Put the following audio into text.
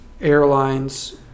airlines